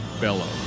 bellow